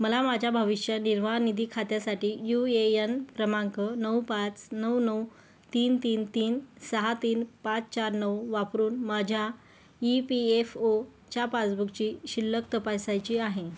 मला माझ्या भविष्य निर्वाह निधी खात्यासाठी यू ये यन क्रमांक नऊ पाच नऊ नऊ तीन तीन तीन सहा तीन पाच चार नऊ वापरून माझ्या ई पी एफ ओच्या पासबुकची शिल्लक तपासायची आहे